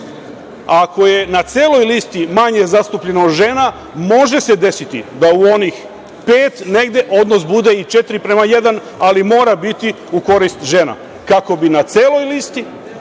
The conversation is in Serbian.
Ako je na celoj listi manje zastupljeno žena, može se desiti da u onih pet negde odnos bude i četiri prema jedan, ali mora biti u korist žena, kako bi na celoj listi